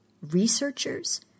Researchers